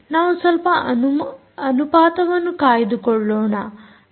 ನಾವು ಸ್ವಲ್ಪ ಅನುಪಾತವನ್ನು ಕಾಯ್ದುಕೊಳ್ಳೋಣ